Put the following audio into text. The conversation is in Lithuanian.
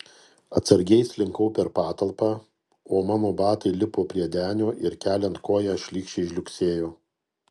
atsargiai slinkau per patalpą o mano batai lipo prie denio ir keliant koją šlykščiai žliugsėjo